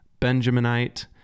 benjaminite